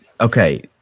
okay